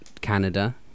Canada